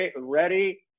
ready